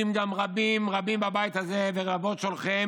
כי אם גם רבים רבים בבית הזה ורבבות שולחיהם